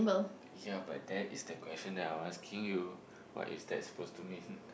ya but that is the question that I'm asking you what is that supposed to meet it